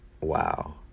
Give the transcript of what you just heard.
wow